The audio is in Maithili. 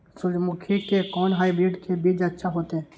सूर्यमुखी के कोन हाइब्रिड के बीज अच्छा होते?